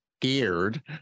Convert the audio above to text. scared